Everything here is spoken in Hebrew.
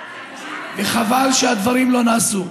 וחבל שהדברים לא נעשו.